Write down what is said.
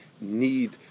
need